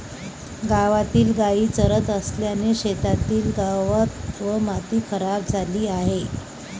गावातील गायी चरत असल्याने शेतातील गवत व माती खराब झाली आहे